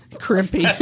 Crimpy